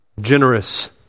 generous